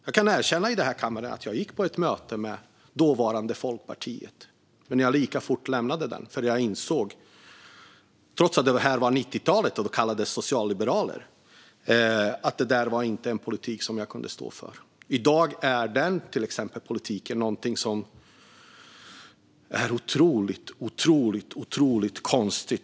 Jag kan erkänna här i kammaren att jag gick på ett möte med dåvarande Folkpartiet, men jag lämnade det snabbt, för jag insåg - trots att det var på 90-talet och de kallades socialliberaler - att det inte var en politik som jag kunde stå för. I dag är den politik Liberalerna för otroligt, otroligt konstig.